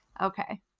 Okay